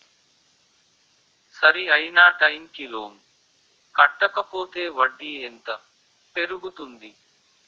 సరి అయినా టైం కి లోన్ కట్టకపోతే వడ్డీ ఎంత పెరుగుతుంది?